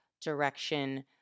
direction